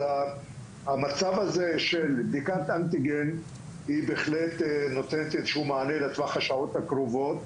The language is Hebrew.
המצב הזה של בדיקת אנטיגן בהחלט נותנת איזשהו מענה לטווח השעות הקרובות.